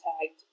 tagged